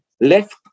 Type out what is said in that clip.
left